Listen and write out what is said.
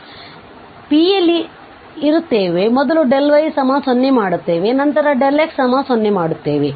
ಆದ್ದರಿಂದ ನಾವು P ಯಲ್ಲಿ ಇರುತ್ತೇವೆ ಮೊದಲು y 0 ಮಾಡುತ್ತೇವೆ ನಂತರ x 0 ಮಾಡುತ್ತೇವೆ